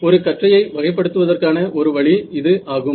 ஒரு கற்றையை வகைப்படுத்துவதற்கான ஒரு வழி இது ஆகும்